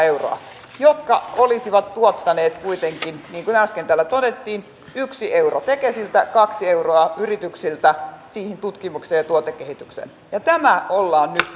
käsittääkseni yksikään hallituspuolueen edustaja niin ministeriaitiosta kuin meistä täältä salistakaan ei ole väittänyt näiden leikkausten olevan mitenkään suotuisia tai miellyttäviä toteutettaviksi